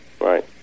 Right